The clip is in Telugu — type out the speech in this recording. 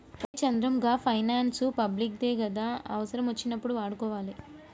ఒరే చంద్రం, గా పైనాన్సు పబ్లిక్ దే గదా, అవుసరమచ్చినప్పుడు వాడుకోవాలె